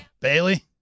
Bailey